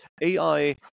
AI